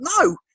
No